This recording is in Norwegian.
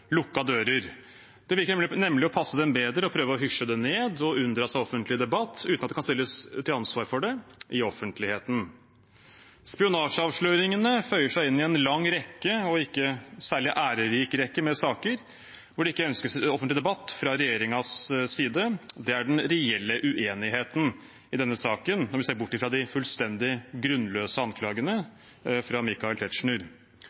Det virker nemlig å passe dem bedre å prøve å hysje det ned og unndra seg offentlig debatt, uten at de kan stilles til ansvar for det i offentligheten. Spionasjeavsløringene føyer seg inn i en lang og ikke særlig ærerik rekke med saker hvor det ikke ønskes offentlig debatt fra regjeringens side. Det er den reelle uenigheten i denne saken når vi ser bort fra de fullstendig grunnløse anklagene fra Michael Tetzschner.